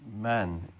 man